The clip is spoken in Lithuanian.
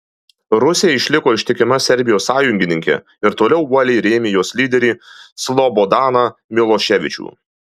rusija išliko ištikima serbijos sąjungininkė ir toliau uoliai rėmė jos lyderį slobodaną miloševičių